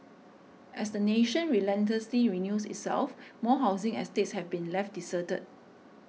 as the nation relentlessly renews itself more housing estates have been left deserted